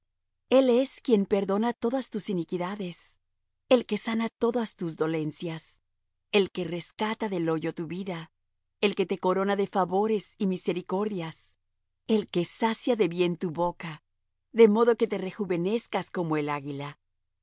el es quien perdona todas tus iniquidades el que sana todas tus dolencias el que rescata del hoyo tu vida el que te corona de favores y misericordias el que sacia de bien tu boca de modo que te rejuvenezcas como el águila